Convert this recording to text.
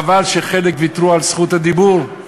חבל שחלק ויתרו על רשות הדיבור,